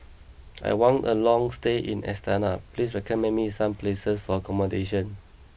I want a long stay in Astana please recommend me some places for accommodation